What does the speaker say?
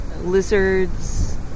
lizards